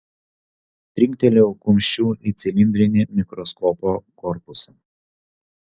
trinktelėjau kumščiu į cilindrinį mikroskopo korpusą